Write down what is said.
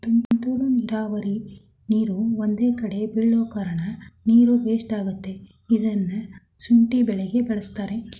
ತುಂತುರು ನೀರಾವರಿ ನೀರು ಒಂದ್ಕಡೆ ಬೀಳೋಕಾರ್ಣ ನೀರು ವೇಸ್ಟ್ ಆಗತ್ತೆ ಇದ್ನ ಶುಂಠಿ ಬೆಳೆಗೆ ಬಳಸ್ತಾರೆ